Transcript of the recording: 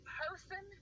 person